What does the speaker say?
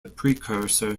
precursor